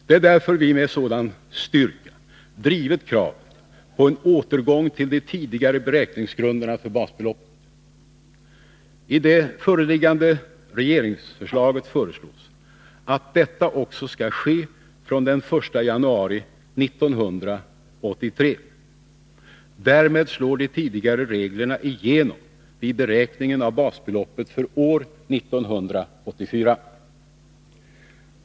Det är därför vi med sådan styrka har drivit kravet på en återgång till de tidigare beräkningsgrunderna för basbeloppet. I föreliggande regeringsförslag föreslås också en sådan återgång från den 1 januari 1983. Därigenom slår de tidigare reglerna igenom vid beräkning av basbeloppet för år 1984.